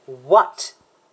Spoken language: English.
what